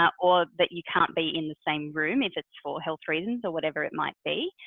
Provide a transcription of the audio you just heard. ah or that you can't be in the same room, if it's for health reasons, or whatever it might be.